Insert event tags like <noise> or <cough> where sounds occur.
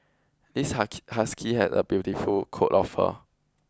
this <unintelligible> husky has a beautiful coat of fur